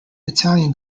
battalion